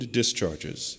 discharges